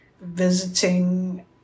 visiting